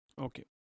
Okay